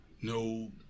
No